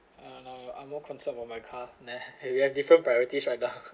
uh I'm more concerned of my car we have different priorities right now